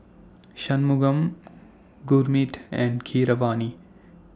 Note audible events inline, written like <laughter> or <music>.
Shunmugam <noise> Gurmeet and Keeravani